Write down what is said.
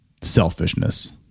selfishness